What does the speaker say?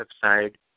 side